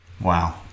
Wow